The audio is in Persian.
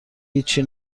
هیچی